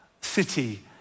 city